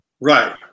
right